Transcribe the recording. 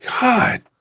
God